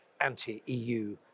anti-EU